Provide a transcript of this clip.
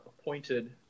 appointed